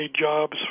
jobs